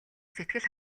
сэтгэл